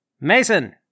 Mason